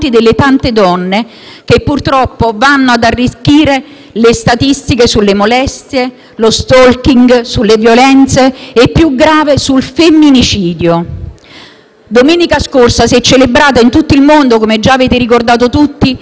le statistiche sulle molestie, sullo *stalking*, sulle violenze e - fatto più grave - sul femminicidio. Domenica scorsa si è celebrata in tutto il mondo, come già avete ricordato tutti, la giornata dedicata a questo terribile fenomeno.